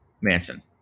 Manson